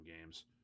games